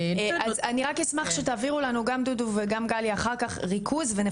גם דודו וגם גליה אני אשמח שתעבירו לנו אחר כך